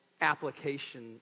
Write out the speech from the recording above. application